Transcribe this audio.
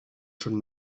should